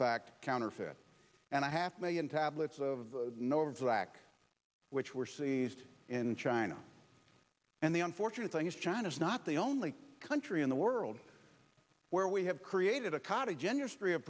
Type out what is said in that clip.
fact counterfeit and a half million tablets of novak which were seized in china and the unfortunate thing is china is not the only country in the world where we have created a cottage in your story of